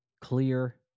clear